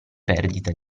perdita